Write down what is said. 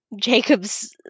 Jacob's